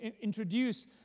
introduce